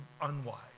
unwise